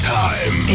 time